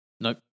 Nope